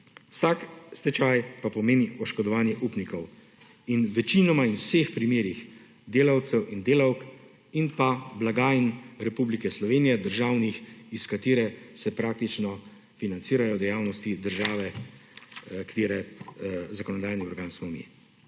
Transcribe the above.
Vsak stečaj pa pomeni oškodovanje upnikov in večinoma in vseh primerih delavcev in delavk in pa blaga in Republike Slovenije državnih, iz katere se praktično financirajo dejavnosti države, katere zakonodajni organ smo mi,